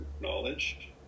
knowledge